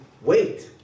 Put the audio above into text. wait